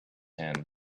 hand